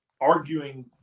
arguing